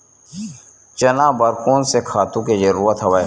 चना बर कोन से खातु के जरूरत हवय?